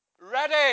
Ready